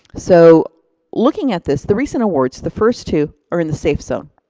so looking at this, the recent awards, the first two are in the safe zone,